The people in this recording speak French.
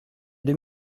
deux